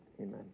Amen